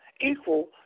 equal